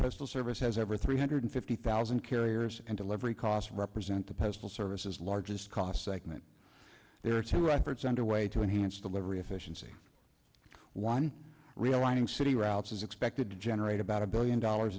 postal service has every three hundred fifty thousand carriers and delivery costs represent the postal service is the largest cost segment there are two efforts underway to enhance delivery efficiency one realigning city routes is expected to generate about a billion dollars